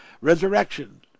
resurrection